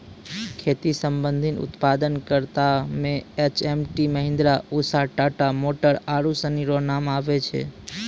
खेती संबंधी उप्तादन करता मे एच.एम.टी, महीन्द्रा, उसा, टाटा मोटर आरु सनी रो नाम आबै छै